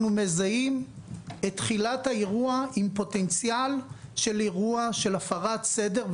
מזהים את תחילת האירוע עם פוטנציאל של אירוע עם הפרת סדר,